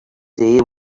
day